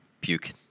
puke